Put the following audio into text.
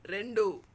రెండు